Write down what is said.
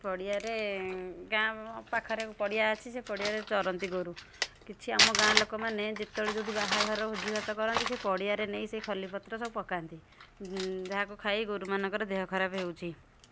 ସେ ପଡ଼ିଆରେ ଗାଁ ପାଖରେ ପଡ଼ିଆ ଅଛି ସେ ପଡ଼ିଆରେ ଚରନ୍ତି ଗୋରୁ କିଛି ଆମ ଗାଁ ଲୋକମାନେ ଯେତେବେଳେ ଯେଉଁଠି ବାହାଘର ଭୋଜି ଭାତ କରନ୍ତି ସେଇ ପଡ଼ିଆରେ ନେଇ ସେଇ ଖଲିପତ୍ର ସବୁ ପକାନ୍ତି ଯାହାକୁ ଖାଇ ଗୋରୁ ମାନଙ୍କର ଦେହ ଖରାପ ହେଉଛି